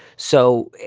so